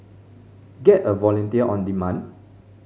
get a volunteer on demand